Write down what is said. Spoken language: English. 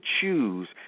choose